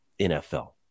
NFL